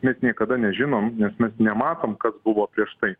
nes niekada nežinom nes mes nematom kad buvo prieš tai